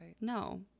No